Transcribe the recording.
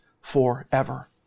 forever